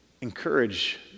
Encourage